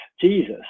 Jesus